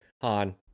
Han